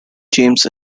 james